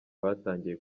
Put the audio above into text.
batangiye